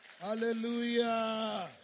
Hallelujah